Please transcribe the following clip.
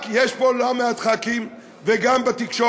רק, יש פה לא מעט ח"כים, גם בתקשורת,